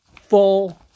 full